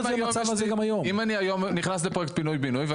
אם אני היום נכנס לפרויקט פינוי בינוי,